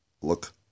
look